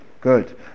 good